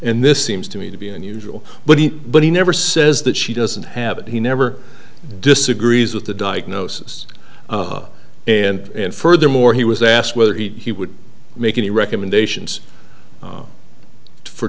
and this seems to me to be unusual but he but he never says that she doesn't have it he never disagrees with the diagnosis and furthermore he was asked whether he would make any recommendations